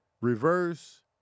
reverse